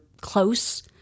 close